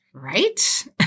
right